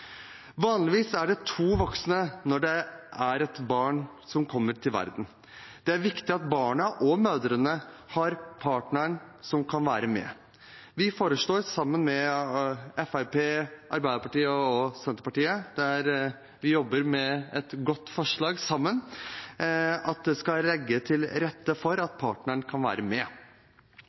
Vanligvis er det to voksne når det er et barn som kommer til verden. Det er viktig for barna og mødrene at partneren kan være med. Vi foreslår – sammen med Fremskrittspartiet, Arbeiderpartiet og Senterpartiet; vi har jobbet sammen med et godt forslag – at det skal legges til rette for at partneren kan være med.